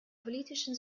politischen